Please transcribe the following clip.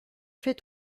fait